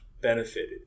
benefited